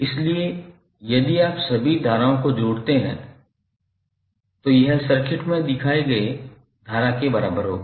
इसलिए यदि आप सभी धाराओं को जोड़ते हैं तो यह सर्किट में दिखाए गए धारा के बराबर होगा